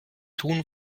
tun